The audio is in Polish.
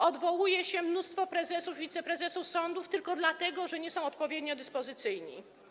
Odwołuje się mnóstwo prezesów, wiceprezesów sądów tylko dlatego, że nie są odpowiednio dyspozycyjni.